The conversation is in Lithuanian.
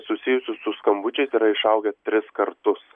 susijusiu su skambučiais yra išaugęs tris kartus